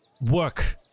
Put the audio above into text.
work